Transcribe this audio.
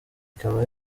ikaba